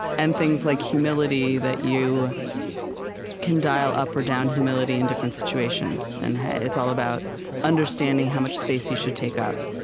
and things like humility, that you can dial up or down humility in different situations, and it's all about understanding how much space you should take up.